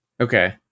Okay